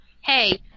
hey